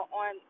on